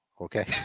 Okay